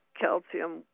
calcium